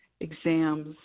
exams